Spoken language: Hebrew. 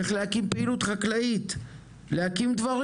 פעילות חקלאית, להקים דברים.